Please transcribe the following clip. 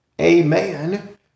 amen